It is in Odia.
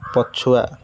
ପଛୁଆ